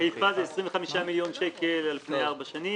חיפה זה 25 מיליון שקל על פני ארבע שנים,